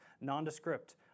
Nondescript